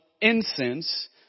incense